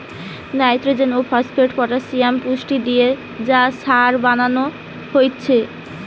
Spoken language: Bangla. নাইট্রজেন, ফোস্টফেট, পটাসিয়াম পুষ্টি দিয়ে সার বানানা হচ্ছে